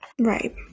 Right